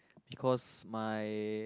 because my